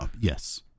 Yes